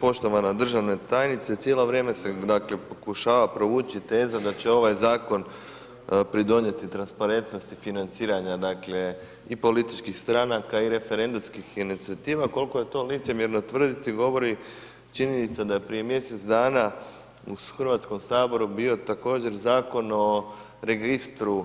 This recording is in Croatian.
Poštovana državna tajnice, cijelo vrijeme se, dakle, pokušava provući teza da će ovaj zakon pridonijeti transparentnosti financiranja, dakle, i političkih stranaka i referendumskih inicijativa, koliko je to licemjerno tvrditi govori činjenica da je prije mjesec dana u HS bio također Zakon o registru